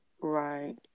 right